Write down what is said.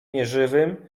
nieżywym